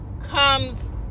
comes